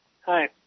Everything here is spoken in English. Hi